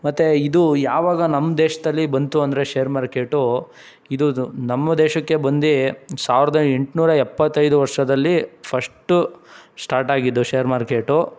ಮತ್ತು ಇದು ಯಾವಾಗ ನಮ್ಮ ದೇಶದಲ್ಲಿ ಬಂತು ಅಂದರೆ ಶೇರ್ ಮಾರ್ಕೆಟು ಇದು ನಮ್ಮ ದೇಶಕ್ಕೆ ಬಂದು ಸಾವಿರದ ಎಂಟುನೂರ ಎಪ್ಪತ್ತೈದು ವರ್ಷದಲ್ಲಿ ಫಶ್ಟು ಶ್ಟಾರ್ಟ್ ಆಗಿದ್ದು ಶೇರ್ ಮಾರ್ಕೆಟು